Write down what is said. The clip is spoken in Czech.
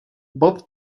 bob